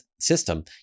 system